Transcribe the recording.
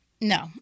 No